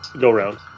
go-round